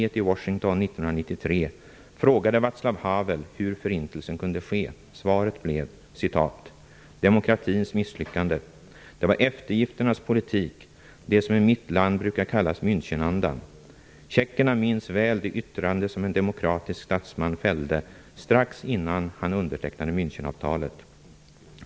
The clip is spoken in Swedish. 1993 frågade Vaclav Havel hur förintelsen kunde ske. Svaret blev: ''Demokratins misslyckande. Det var eftergifternas politik -- det som i mitt land brukar kallas Münchenandan.'' ''Tjeckerna minns väl det yttrande som en demokratisk statsman fällde strax innan han undertecknade Münchenavtalet --.